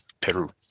peru